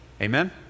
Amen